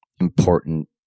important